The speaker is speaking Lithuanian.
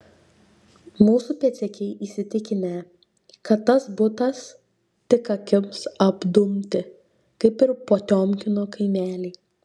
mūsų pėdsekiai įsitikinę kad tas butas tik akims apdumti kaip ir potiomkino kaimeliai